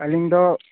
ᱟ ᱞᱤᱧ ᱫᱚ